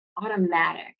automatic